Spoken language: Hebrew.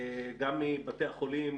גם מבתי החולים,